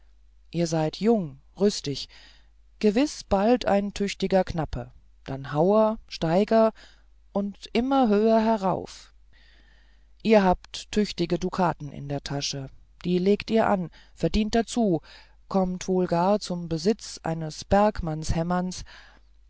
ihr seid jung rüstig gewiß bald ein tüchtiger knappe dann hauer steiger und immer höher herauf ihr habt tüchtige dukaten in der tasche die legt ihr an verdient dazu kommt wohl gar zum besitz eines